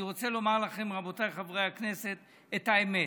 אני רוצה לומר לכם, רבותיי חברי הכנסת, את האמת: